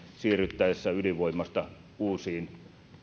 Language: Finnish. siirryttäessä ydinvoimasta uusiin